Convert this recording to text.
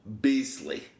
beastly